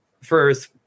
first